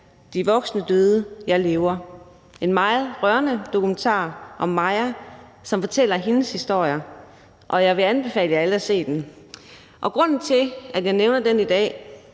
»De voksne døde, jeg lever« på DR. Det er en meget rørende dokumentar om Maja, som fortæller sin historie, og jeg vil anbefale jer alle at se den. Grunden til, at jeg nævner den i dag,